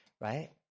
right